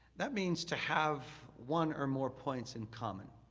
that means to have one or more points in common.